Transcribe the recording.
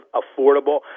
affordable